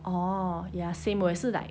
oh ya same 我也是 like